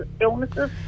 illnesses